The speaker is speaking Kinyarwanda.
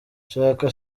chaka